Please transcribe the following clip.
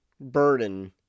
burden